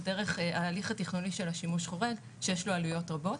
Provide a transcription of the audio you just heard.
דרך ההליך התכנוני של השימוש חורג שיש לו עלויות רבות.